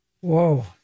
Whoa